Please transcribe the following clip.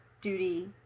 duty